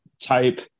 type